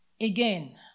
again